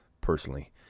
personally